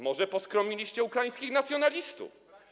Może poskromiliście ukraińskich nacjonalistów?